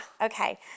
okay